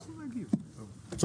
אוקיי.